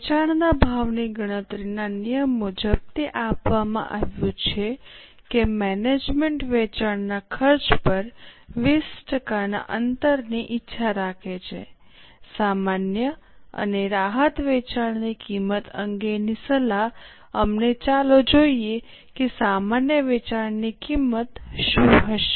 વેચાણના ભાવની ગણતરીના નિયમ મુજબ તે આપવામાં આવ્યું છે કે મેનેજમેન્ટ વેચાણના ખર્ચ પર 20 ટકાના અંતરની ઇચ્છા રાખે છે સામાન્ય અને રાહત વેચવાની કિંમત અંગેની સલાહ અમને ચાલો જોઈએ કે સામાન્ય વેચાણ કિંમત શું હશે